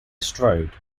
strode